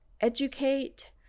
educate